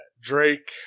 Drake